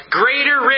greater